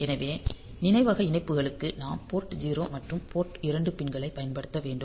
எனவே நினைவக இணைப்புகளுக்கு நாம் போர்ட் 0 மற்றும் போர்ட் 2 பின்களைப் பயன்படுத்த வேண்டும்